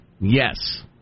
Yes